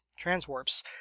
transwarps